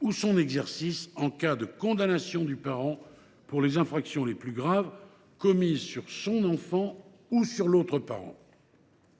ou son exercice, en cas de condamnation du parent pour les infractions les plus graves commises sur son enfant ou sur l’autre parent.